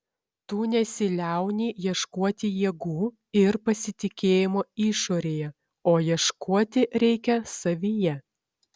tu nesiliauni ieškoti jėgų ir pasitikėjimo išorėje o ieškoti reikia savyje